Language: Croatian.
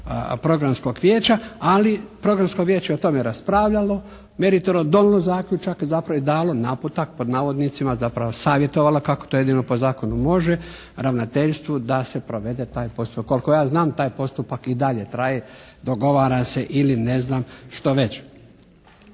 Programskog vijeća, ali Programsko vijeće je o tome raspravljalo, meritorno donijelo zaključak, zapravo dalo naputak pod navodnicima, zapravo savjetovala kako to jedino po zakonu može ravnateljstvu da se provede taj postupak. Koliko ja znam taj postupak i dalje traje, dogovara se ili ne znam što već.